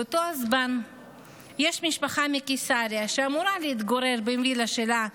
באותו הזמן יש משפחה מקיסריה שאמורה להתגורר בווילה שלה,